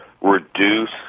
reduce